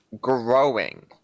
growing